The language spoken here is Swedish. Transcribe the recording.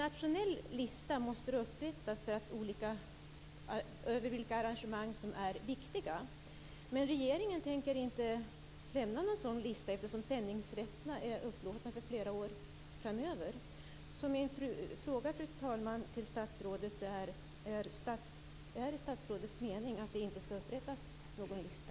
Då måste det upprättas en nationell lista över vilka arrangemang som är viktiga. Men regeringen tänker inte lämna någon sådan lista eftersom sändningsrätterna är upplåtna för flera år framöver. Fru talman! Min fråga till statsrådet är: Är det statsrådets mening att det inte skall upprättas någon lista?